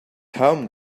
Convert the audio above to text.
home